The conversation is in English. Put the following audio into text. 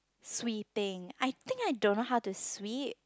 sweeping I think I don't know how to sweep